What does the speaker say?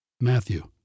Matthew